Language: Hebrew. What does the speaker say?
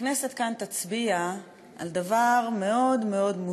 הכנסת כאן תצביע על דבר מוזר מאוד מאוד,